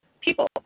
people